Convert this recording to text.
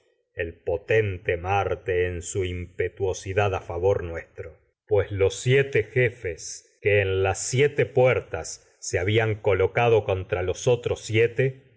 el potente marte en su nuestro impetuosidad a favor en pues los siete jefes que las siete puertas se habian colocado armas contra con los otros siete